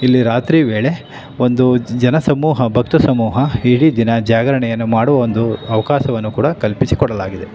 ಇಲ್ಲಿ ರಾತ್ರಿ ವೇಳೆ ಒಂದು ಜನ ಸಮೂಹ ಭಕ್ತ ಸಮೂಹ ಇಡೀ ದಿನ ಜಾಗರಣೆಯನ್ನು ಮಾಡುವ ಒಂದು ಅವಕಾಶವನ್ನು ಕೂಡ ಕಲ್ಪಿಸಿ ಕೊಡಲಾಗಿದೆ